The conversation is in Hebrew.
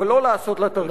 אבל לא לעשות לה תרגילים.